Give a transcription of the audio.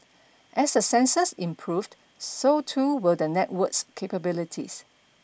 as the sensors improved so too will the network's capabilities